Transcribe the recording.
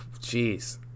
jeez